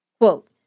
Quote